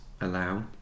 allow